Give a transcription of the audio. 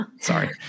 Sorry